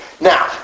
Now